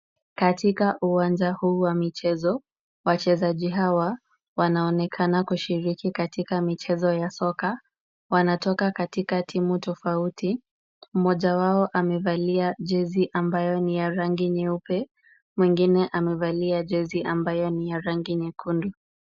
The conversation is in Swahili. Katika uwanja huu wa michezo, wachezaji hawa wanaonekana kushiriki katika michezo ya soka. Wanatoka katika timu tofauti, mmoja wao amevalia jezi ambayo ni ya rangi nyeupe, mwingine amevalia jezi ambayo ni ya rangi nyekundu.